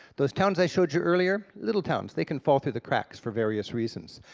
those towns i showed you earlier, little towns, they can fall through the cracks for various reasons.